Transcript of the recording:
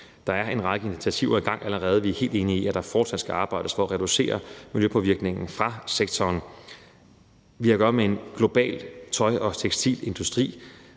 allerede en række initiativer i gang, og vi er helt enige i, at der fortsat skal arbejdes for at reducere miljøpåvirkningen fra sektoren. Vi har at gøre med en global tøj- og tekstilindustri,